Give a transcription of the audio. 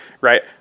right